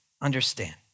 understand